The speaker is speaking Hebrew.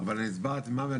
אבל אני הסברתי מה זה,